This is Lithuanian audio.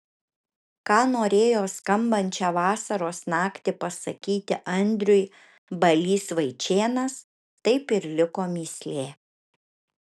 ką norėjo skambančią vasaros naktį pasakyti andriui balys vaičėnas taip ir liko mįslė